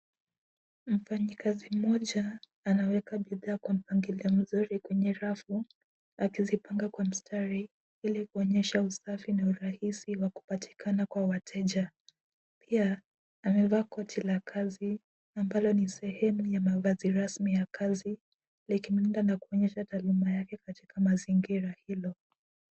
Mfanyakazi mmoja, anaweka bidhaa kwa mpangilio mzuri kwenye rafu akizipanga kwa mstari ili kuonyesha usafi na urahisi wa kupatikana kwa wateja. Pia amevaa koti la kazi ambalo ni sehemu yenye mavazi rasmi ya kazi likimlinda na kuonyesha taaluma yake katika mazingira hilo.